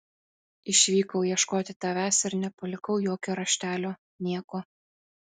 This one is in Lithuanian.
išvykau ieškoti tavęs ir nepalikau jokio raštelio nieko